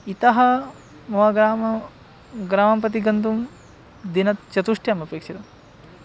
इतः मम ग्रामः ग्रामं प्रति गन्तुं दिनचतुष्टयम् अपेक्षितम्